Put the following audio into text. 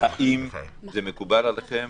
האם זה מקובל עליכם